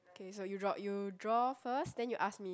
okay so you draw you draw first then you ask me